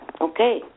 Okay